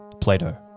Plato